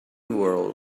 world